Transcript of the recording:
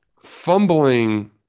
fumbling –